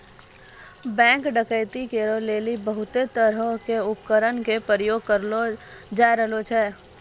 bank डकैती रोकै लेली बहुते तरहो के उपकरण के प्रयोग करलो जाय रहलो छै